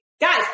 Guys